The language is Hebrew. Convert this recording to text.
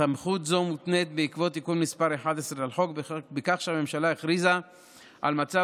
סמכות זו מוקנית בעקבות תיקון מס' 11 לחוק בכך שהממשלה הכריזה על מצב